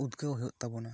ᱩᱫᱜᱟᱹᱣ ᱦᱩᱭᱩᱜ ᱛᱟᱵᱚᱱᱟ